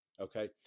okay